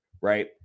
right